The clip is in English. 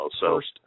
first